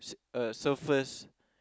uh surfers